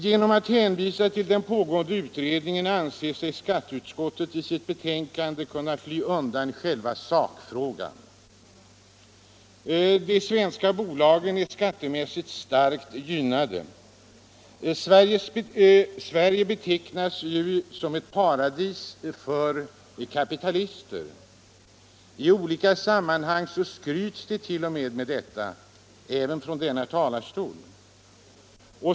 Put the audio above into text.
Genom att hänvisa till den pågående beredningen anser sig skatteutskottet i sitt betänkande kunna fly undan själva sakfrågan. De svenska bolagen är skattemässigt starkt gynnade. Sverige betecknas ju som ett paradis för kapitalister. I olika sammanhang skryts det t.o.m. med detta även från denna talarstol.